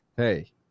Hey